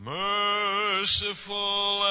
merciful